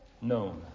known